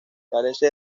carece